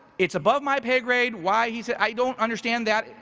it's above my pay grade. why? he said, i don't understand that,